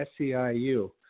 SEIU